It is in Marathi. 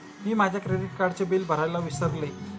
मी माझ्या क्रेडिट कार्डचे बिल भरायला विसरले